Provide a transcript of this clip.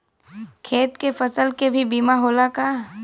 खेत के फसल के भी बीमा होला का?